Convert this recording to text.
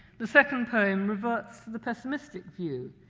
the second poem reverts to the pessimistic view.